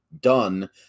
done